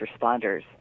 responders